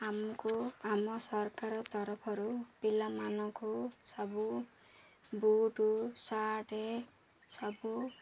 ଆମକୁ ଆମ ସରକାର ତରଫରୁ ପିଲାମାନଙ୍କୁ ସବୁ ବୁଟ୍ ସାର୍ଟ ସବୁ